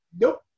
Nope